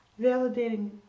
validating